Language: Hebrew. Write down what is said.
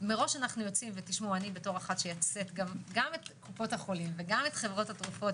אני כאחת שיוצאת גם את קופות החולים וגם את חברות התרופות,